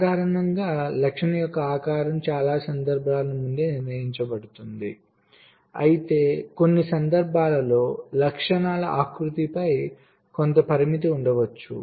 సాధారణంగా లక్షణం యొక్క ఆకారం చాలా సందర్భాలలో ముందే నిర్వచించబడుతుంది అయితే కొన్ని సందర్భాల్లో లక్షణాల ఆకృతిపై కొంత పరిమితి ఉండవచ్చు